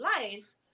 life